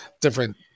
different